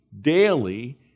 daily